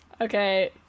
Okay